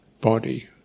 body